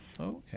Okay